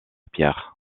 pierre